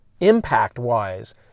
impact-wise